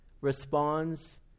responds